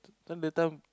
this one that time